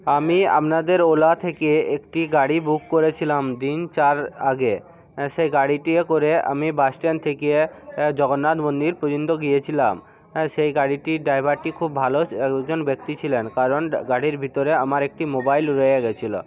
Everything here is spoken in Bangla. আমি আপনাদের ওলা থেকে একটি গাড়ি বুক করেছিলাম দিন চার আগে হ্যাঁ সেই গাড়িটিতে করে আমি বাস স্ট্যান্ড থেকে জগন্নাথ মন্দির পর্যন্ত গিয়েছিলাম হ্যাঁ সেই গাড়িটির ড্রাইভারটি খুব ভালো একজন ব্যক্তি ছিলেন কারণ গাড়ির ভিতরে আমার একটি মোবাইল রয়ে গিয়েছিল